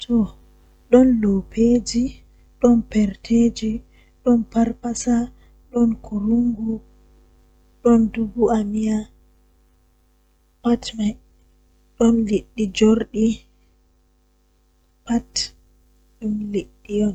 Taalel taalel jannata booyel, Woodi faaturu feere don dilla sei o hefti gel dande irin hundeeji be fawnata be mai be watta haa dande do sei o yaarani baba ladde ovi laaru komi hefti baba ladde man bo sei yahi sori haa lumo o waddini be seede man be sendi kal be mal.